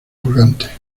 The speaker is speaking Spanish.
colgantes